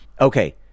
okay